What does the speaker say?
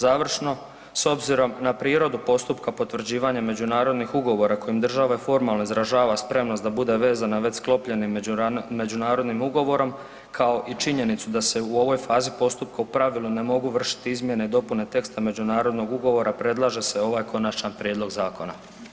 Završno, s obzirom na prirodu postupka potvrđivanja međunarodnih ugovora kojim država formalno izražava spremnost da bude vezana već sklopljenim međunarodnim ugovorom, kao i činjenicu da se u ovoj fazi postupka u pravilu ne mogu vršiti izmjene i dopune teksta međunarodnog ugovora predlaže se ovaj konačan prijedlog zakona.